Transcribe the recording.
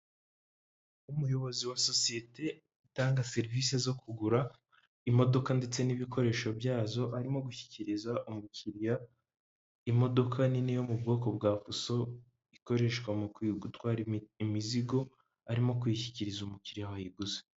Umuyobozi wa sosiyete itanga serivisi zo kugura imodoka ndetse n'ibikoresho byazo, arimo gushyikiriza umukiriya imodoka nini yo mu bwoko bwa fuso ikoreshwa mu gutwara imizigo arimo kuyishyikiriza umukiriya wayiguze.